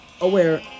aware